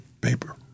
paper